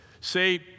Say